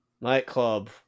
Nightclub